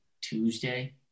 Tuesday